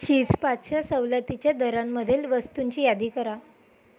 चिज्जपाच्या सवलतीच्या दरांमधील वस्तूंची यादी करा